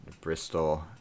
Bristol